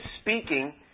speaking